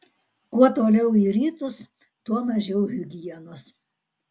kuo toliau į rytus tuo mažiau higienos